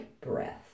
breath